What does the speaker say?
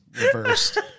reversed